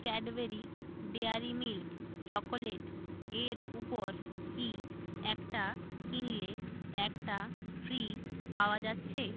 Cadbury dairy milk chocolate এর উপর কি একটা কিনলে একটা ফ্রি পাওয়া যাচ্ছে